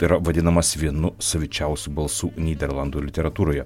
yra vadinamas vienu savičiausių balsų nyderlandų literatūroje